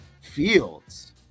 fields